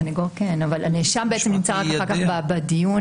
הסניגור כן, אבל הנאשם נמצא רק אחר כך בדיון.